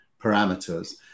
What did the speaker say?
parameters